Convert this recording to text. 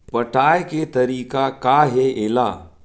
पटाय के तरीका का हे एला?